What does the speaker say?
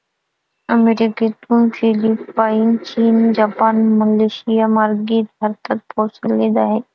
अमेरिकेतून फिलिपाईन, चीन, जपान, मलेशियामार्गे भारतात पोहोचले आहे